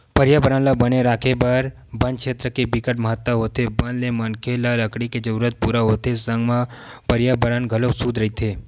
परयाबरन ल बने राखे बर बन छेत्र के बिकट महत्ता होथे बन ले मनखे ल लकड़ी के जरूरत पूरा होथे संग म परयाबरन घलोक सुद्ध रहिथे